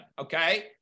okay